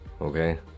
okay